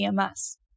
EMS